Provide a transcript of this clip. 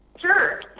Sure